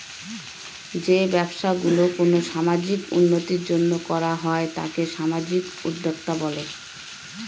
যে ব্যবসা গুলো কোনো সামাজিক উন্নতির জন্য করা হয় তাকে সামাজিক উদ্যক্তা বলে